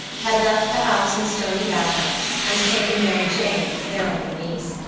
had left the house in stoney batter and taken mary jane, their only niece,